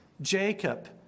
Jacob